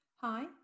Hi